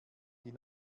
die